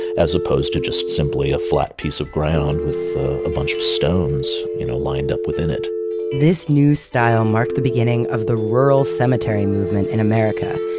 as opposed to just simply a flat piece of ground with a bunch of stones you know lined up within it this new style marked the beginning of the rural cemetery movement in america,